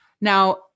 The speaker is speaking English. Now